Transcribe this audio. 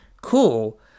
Cool